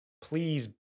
please